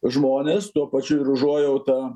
žmones tuo pačiu ir užuojauta